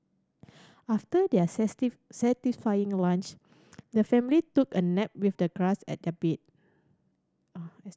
after their satisfying lunch the family took a nap with the grass as their bed